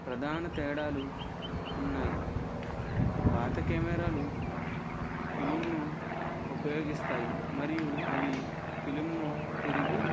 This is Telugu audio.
ప్రధాన తేడాలు ఉన్నాయి పాత కెమెరాలు ఫిలింను ఉపయోగిస్తాయి మరియు అవి ఫిలింను తిరిగి